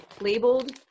labeled